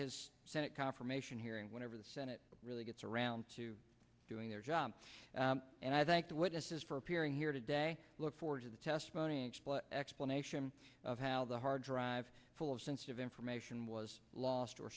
is senate confirmation hearings whenever the senate really gets around to doing their job and i thank the witnesses for appearing here today look forward to the testimony but explanation of how the harddrive full of sensitive information was lost or